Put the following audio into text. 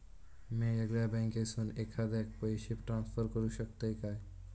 म्या येगल्या बँकेसून एखाद्याक पयशे ट्रान्सफर करू शकतय काय?